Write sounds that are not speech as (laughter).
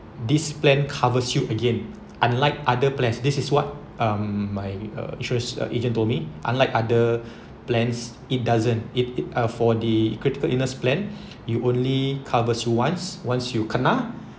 this plan covers you again unlike other plans this is what um my uh insurance agent told me unlike other (breath) plans it doesn't it it uh for the critical illness plan (breath) you only covers who once once you kena